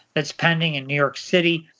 that's pending in new york city,